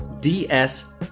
DS